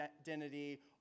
identity